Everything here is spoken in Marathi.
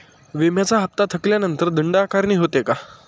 विम्याचा हफ्ता थकल्यानंतर दंड आकारणी होते का?